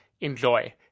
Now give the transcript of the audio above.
enjoy